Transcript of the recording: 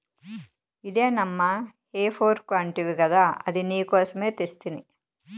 ఇదే నమ్మా హే ఫోర్క్ అంటివి గదా అది నీకోసమే తెస్తిని